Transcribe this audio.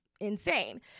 insane